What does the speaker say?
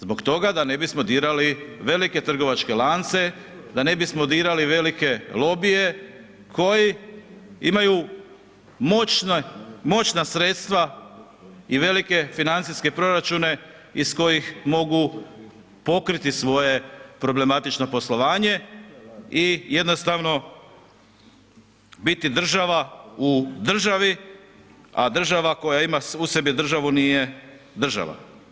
Zbog toga da ne bismo dirali velike trgovačke lance, da ne bismo dirali velike lobije koji imaju moćna sredstva i velike financijske proračune iz kojih mogu pokriti svoje problematično poslovanje i jednostavno biti država u državi, a država koja ima u sebi državu nije država.